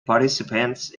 participants